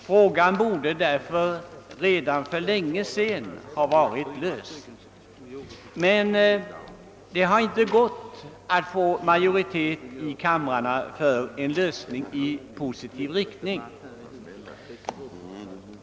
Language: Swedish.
Frågan borde därför redan för länge sedan ha lösts. Men det har inte gått att få majoritet i kamrarna för en lösning i positiv riktning.